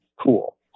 cool